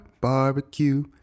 barbecue